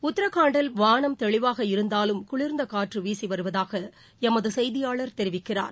உத்ரகாண்டில் வானம் தெளிவாக இருந்தாலும் குளிர்ந்த காற்று வீசி வருவதாக எமது செய்தியாளர் தெரிவிக்கிறார்